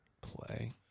play